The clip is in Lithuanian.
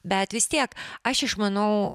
bet vis tiek aš išmanau